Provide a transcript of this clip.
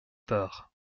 tard